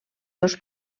dos